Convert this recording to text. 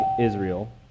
Israel